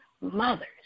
mothers